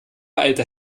eilte